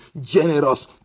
generous